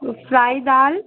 वह फ़्राइ दाल